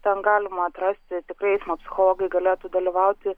ten galima atrasti tikrai eismo psichologai galėtų dalyvauti